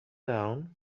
down